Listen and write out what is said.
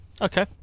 Okay